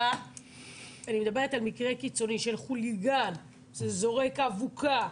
אני מדברת על מקרה קיצוני של חוליגן שזורק אבוקה,